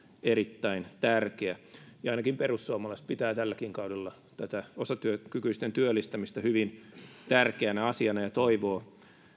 erittäin tärkeä ainakin perussuomalaiset pitää tälläkin kaudella tätä osatyökykyisten työllistämistä hyvin tärkeänä asiana ja toivoo